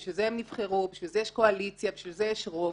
בשביל זה הם נבחרו ובשביל זה יש קואליציה ובשביל זה יש רוב,